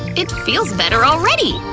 it feels better already!